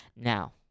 now